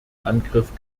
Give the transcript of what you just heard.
angriff